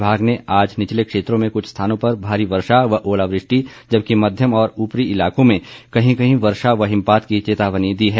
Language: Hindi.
विभाग ने आज निचले क्षेत्रों में कुछ स्थानों पर भारी वर्षा व ओलावृष्टि जबकि मध्यम और उपरी इलाकों में कहीं कहीं वर्षा व हिमपात की चेतावनी दी है